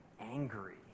angry